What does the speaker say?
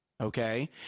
okay